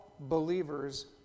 Believers